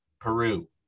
Peru